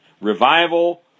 Revival